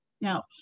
Now